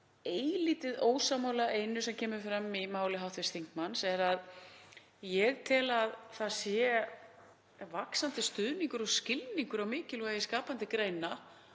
eilítið ósammála einu sem kom fram í máli hv. þingmanns, þ.e. að ég tel að það sé vaxandi stuðningur og skilningur á mikilvægi skapandi greina